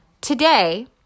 today